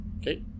Okay